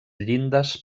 llindes